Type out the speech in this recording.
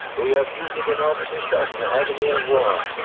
we have used it in order to shorten the agony of war.